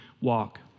walk